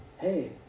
hey